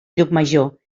llucmajor